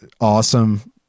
awesome